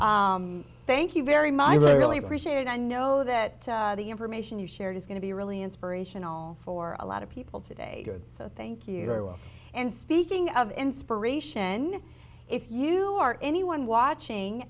thank you very much i really appreciate it i know that the information you shared is going to be really inspirational for a lot of people today so thank you very well and speaking of inspiration if you are anyone watching